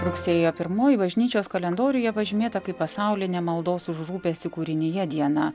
rugsėjo pirmoji bažnyčios kalendoriuje pažymėta kaip pasaulinė maldos už rūpestį kūrinija diena